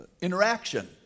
interaction